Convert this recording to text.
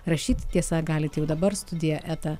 rašyt tiesa galit jau dabar studija eta